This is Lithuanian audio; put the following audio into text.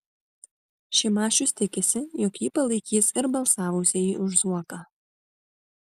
šimašius tikisi jog jį palaikys ir balsavusieji už zuoką